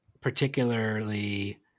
particularly